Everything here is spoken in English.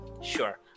Sure